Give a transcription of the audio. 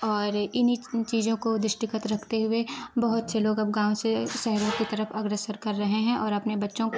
और इन्हीं चीज़ों को दृष्टिगत रखते हुए बहोत से लोग अब गाँव से सहरों के तरफ अग्रसर कर रहे हैं और अपने बच्चों को